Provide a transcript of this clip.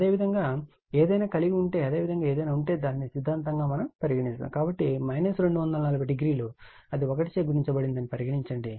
అదేవిధంగా ఏదైనా కలిగి ఉంటే అదేవిధంగా ఏదైనా ఉంటే దానిని సిద్ధాంతం గా మనం పరిగణిస్తున్నాం కాబట్టి ∠ 240 0 అది 1 చే గుణించబడిందని పరిగణించండి